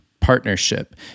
Partnership